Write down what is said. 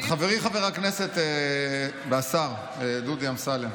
חברי חבר הכנסת והשר דודי אמסלם,